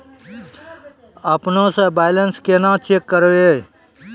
अपनों से बैलेंस केना चेक करियै?